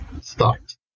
start